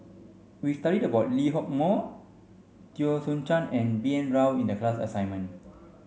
we studied about Lee Hock Moh Teo Soon Chuan and B N Rao in the class assignment